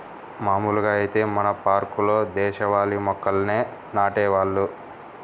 మాములుగా ఐతే మన పార్కుల్లో దేశవాళీ మొక్కల్నే నాటేవాళ్ళు